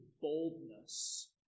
boldness